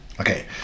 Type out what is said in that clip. Okay